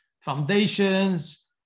foundations